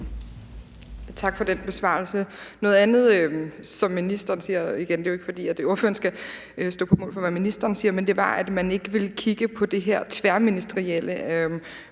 Tak for den besvarelse. Noget andet, som ministeren sagde – og det er jo igen ikke, fordi ordføreren skal stå på mål for, hvad ministeren siger – var, at man ikke ville kigge på det her tværministerielle,